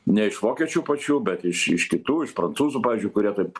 ne iš vokiečių pačių bet iš iš kitų iš prancūzų pavyzdžiui kurie taip